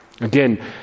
Again